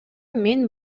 мен